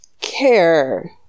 care